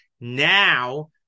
Now